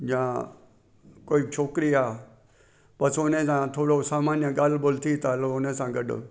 या कोई छोकिरी आहे बसि हुन सां थोरो सामन्य ॻाल्हि ॿोल थी त हलो उन सां गॾु